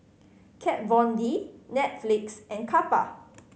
Kat Von D Netflix and Kappa